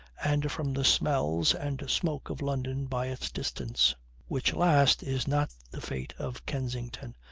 and from the smells and smoke of london by its distance which last is not the fate of kensington,